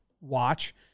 watch